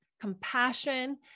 compassion